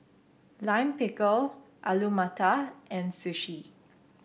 Lime Pickle Alu Matar and Sushi